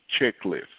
checklist